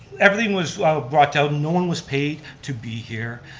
everything was brought down, no one was paid to be here,